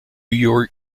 york